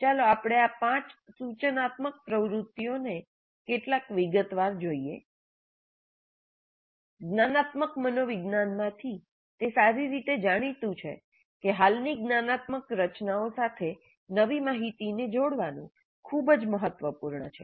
ચાલો આપણે આ પાંચ સૂચનાત્મક પ્રવૃત્તિઓને કેટલાક વિગતવાર જોઈએ જ્ઞાનાત્મક મનોવિજ્ઞાનમાંથી તે સારી રીતે જાણીતું છે કે હાલની જ્ઞાનાત્મક રચનાઓ સાથે નવી માહિતીને જોડવાનું ખૂબ જ મહત્વપૂર્ણ છે